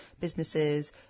businesses